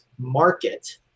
market